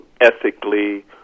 ethically